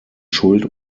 schuld